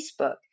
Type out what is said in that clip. Facebook